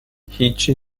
هیچی